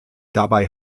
dabei